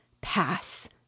Pass